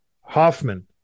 Hoffman